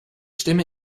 stimme